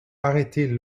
arrêter